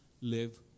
live